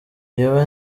jyewe